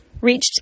reached